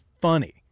funny